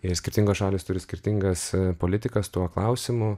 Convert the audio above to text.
ir skirtingos šalys turi skirtingas politikas tuo klausimu